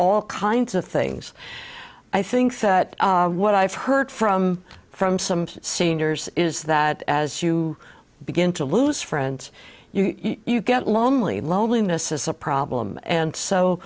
all kinds of things i think that what i've heard from from some seniors is that as you begin to lose friends you get lonely loneliness is a problem and so